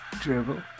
Dribble